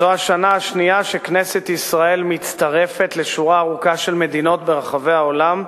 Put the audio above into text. זו השנה השנייה שכנסת ישראל מצטרפת לשורה ארוכה של מדינות ברחבי העולם,